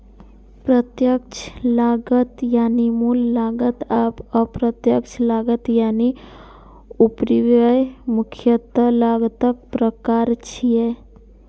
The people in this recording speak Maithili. प्रत्यक्ष लागत यानी मूल लागत आ अप्रत्यक्ष लागत यानी उपरिव्यय मुख्यतः लागतक प्रकार छियै